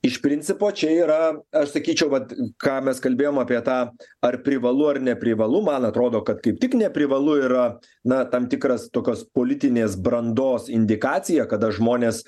iš principo čia yra aš sakyčiau kad ką mes kalbėjom apie tą ar privalu ar neprivalu man atrodo kad kaip tik neprivalu yra na tam tikras tokios politinės brandos indikacija kada žmonės